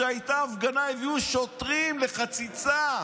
כשהייתה הפגנה הביאו שוטרים לחציצה,